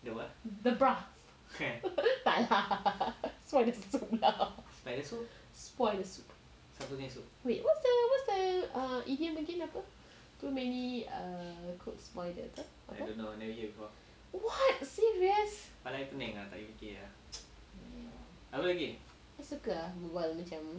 the broth tak lah spoil the soup lah wait what's the what's the idiom again apa too many cooks spoil the apa apa soup what serious I suka ah berbual macam